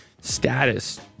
status